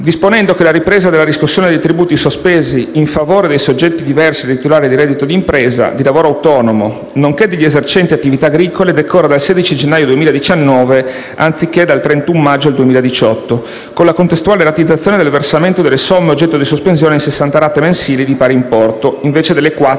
disponendo che la ripresa della riscossione dei tributi sospesi in favore dei soggetti diversi dai titolari di reddito di impresa e di lavoro autonomo, nonché degli esercenti di attività agricole, decorre dal 16 gennaio 2019, anziché dal 31 maggio 2018, con la contestuale rateizzazione del versamento delle somme oggetto di sospensione in 60 rate mensili di pari importo, invece delle 24